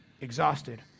exhausted